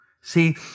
See